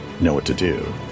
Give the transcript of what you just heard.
know-what-to-do